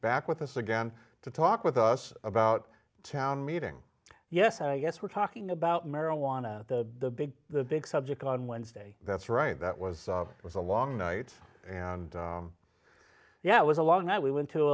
back with us again to talk with us about town meeting yes i guess we're talking about marijuana the big big subject on wednesday that's right that was it was a long night and yeah it was a long night we went to